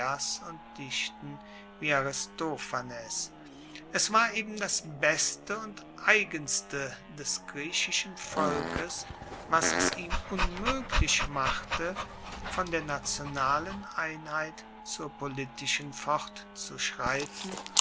dichten wie aristophanes es war eben das beste und eigenste des griechischen volkes was es ihm unmoeglich machte von der nationalen einheit zur politischen